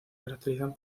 caracterizan